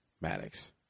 Maddox